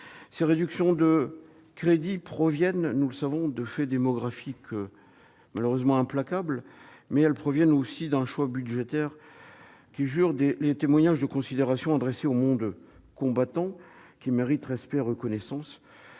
Ces réductions de crédits résultent de faits démographiques malheureusement implacables, mais aussi d'un choix budgétaire qui jure avec les témoignages de considération adressés au monde combattant qui mérite respect et reconnaissance.